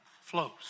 flows